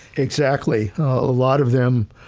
exactly a lot of them,